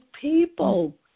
people